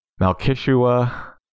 Malkishua